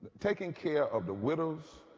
taking care of the widows,